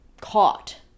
Caught